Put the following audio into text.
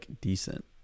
decent